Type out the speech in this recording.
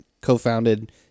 co-founded